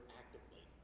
actively